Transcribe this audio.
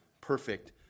perfect